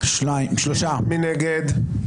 מי נגד?